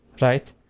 right